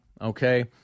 Okay